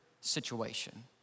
situation